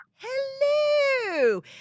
Hello